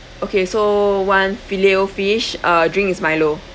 okay so one fillet O fish uh drink is milo